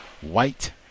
white